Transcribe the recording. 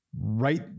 right